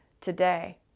today